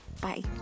bye